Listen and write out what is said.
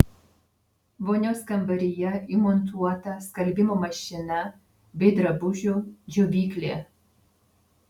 vonios kambaryje įmontuota skalbimo mašina bei drabužių džiovyklė